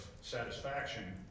satisfaction